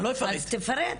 אז תפרט.